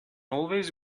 always